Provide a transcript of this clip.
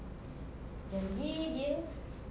janji dia